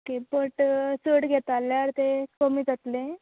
okay but चड घेता जाल्यार ते कमी जातले